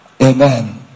Amen